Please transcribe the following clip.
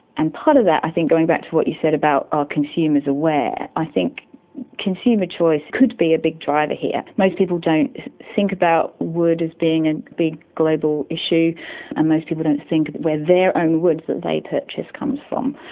and part of that, going back to what you said about are consumers aware, i think consumer choice could be a big driver here. most people don't think about wood as being a big global issue and most people don't think where their own wood that they purchase comes from,